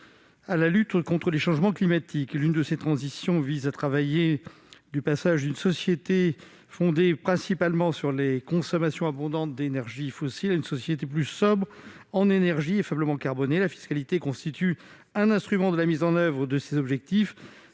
à la lutte contre le changement climatique. L'une de ces transitions se caractérise par le passage d'une société fondée principalement sur les consommations abondantes d'énergies fossiles à une société plus sobre en énergie et faiblement carbonée. La fiscalité constitue un instrument de mise en oeuvre de ces objectifs.